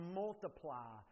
multiply